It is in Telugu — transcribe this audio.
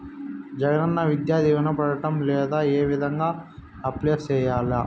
జగనన్న విద్యా దీవెన పడడం లేదు ఏ విధంగా అప్లై సేయాలి